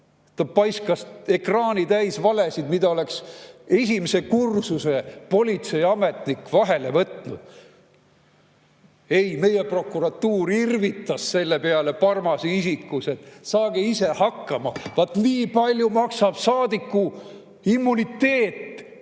Ta paiskas ekraani täis valesid, mille oleks esimese kursuse politseiametnik vahele võtnud. Ei, meie prokuratuur irvitas selle peale Parmase isikus: saage ise hakkama. Vaat nii palju maksab saadiku immuniteet